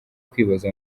kwibaza